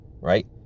right